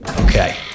Okay